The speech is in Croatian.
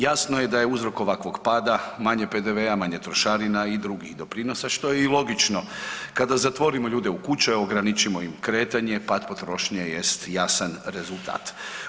Jasno je da je uzrok ovakvog pada manje PDV-a, manje trošarina i drugih doprinosa što je i logično kada zatvorimo ljude u kuće, ograničimo im kretanje pad potrošnje jest jasan rezultat.